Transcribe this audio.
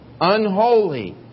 Unholy